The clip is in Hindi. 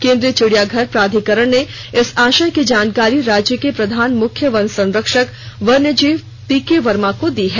केंद्रीय चिड़ियाघर प्राधिकरण ने इस विषय की जानकारी राज्य के प्रधान मुख्य वन संरक्षक वन्यजीव पीके वर्मा को दी है